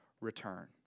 return